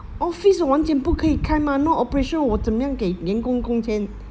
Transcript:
office 完全不可以开 mah no operation 我怎样给员工工钱